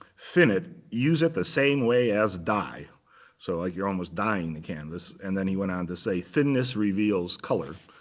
finot use it the same way as dye so you're almost dying the canvas. and then he went on to say thinness reveals color.